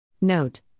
Note